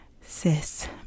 sis